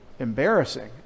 Embarrassing